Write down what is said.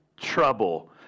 trouble